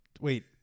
wait